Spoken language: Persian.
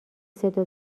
صدا